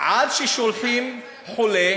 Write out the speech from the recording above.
עד ששולחים חולה